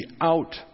out